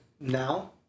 now